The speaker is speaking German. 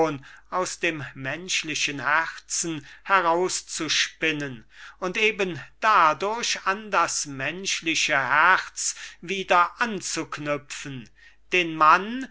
aus dem menschlichen herzen herauszuspinnen und eben dadurch an das menschliche herz wieder anzuknüpfen den mann